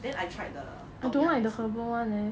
then I tried the tom yum 也是